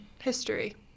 history